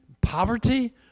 poverty